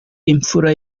imfura